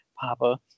Papa